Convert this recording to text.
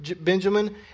Benjamin